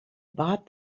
bought